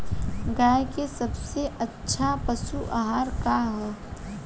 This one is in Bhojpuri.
गाय के सबसे अच्छा पशु आहार का ह?